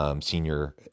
Senior